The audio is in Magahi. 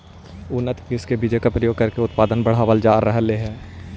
उन्नत किस्म के बीजों का प्रयोग करके उत्पादन बढ़ावल जा रहलइ हे